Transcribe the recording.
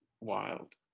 wild